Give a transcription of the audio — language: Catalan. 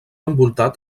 envoltat